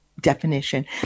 definition